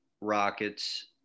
rockets